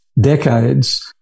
decades